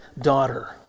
daughter